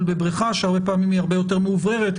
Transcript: בבריכה שהרבה פעמים היא הרבה יותר מאווררת,